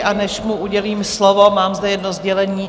A než mu udělím slovo, mám zde jedno sdělení.